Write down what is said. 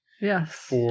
Yes